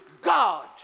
God